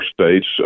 states